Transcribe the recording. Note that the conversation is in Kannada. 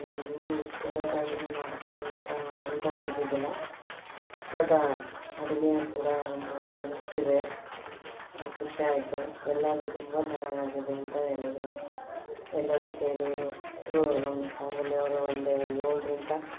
ನನಗೆ ಇಷ್ಟ ದೊಡ್ಡ ಅಡಿಗೆ ಮಾಡ್ತೇನೆ ಅಂತ ಅನ್ಕೊಂಡು ಇದ್ದಿದಿಲ್ಲ ಬಟ್ ಆ ಅಡುಗೆ ಕೂಡ ಮಾಡಿ ಮುಗ್ಸಿದೆ ಖುಷಿ ಆಯಿತು ಎಲ್ಲರು ತುಂಬ ಚೆನ್ನಾಗಿ ಆಗಿದೆ ಅಂತ ಹೇಳಿದ್ರು ಎಲ್ಲರು ಸೇರಿ ವಸ್ಟ್ರು ನಮ್ಮ ಫ್ಯಾಮಿಲಿ ಅವ್ರ ಒಂದು ಏಳರಿಂದ